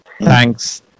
thanks